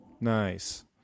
Nice